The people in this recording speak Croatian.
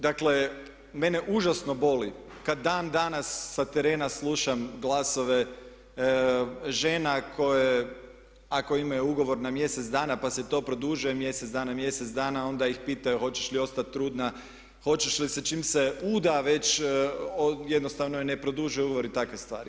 Dakle, mene užasno boli kad dan danas sa terena slušam glasove žena koje ako imaju ugovor na mjesec dana pa se to produžuje po mjesec dana i mjesec dana a onda ih pitaju hoćeš li ostati trudna, hoćeš li se čim se udaš već jednostavno joj ne produljuju ugovor i takve stvari.